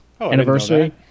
anniversary